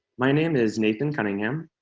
my name is nathan cunningham.